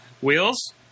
Wheels